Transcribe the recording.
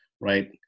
right